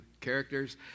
characters